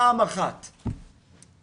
פעם אחת לא.